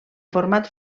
format